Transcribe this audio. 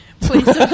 Please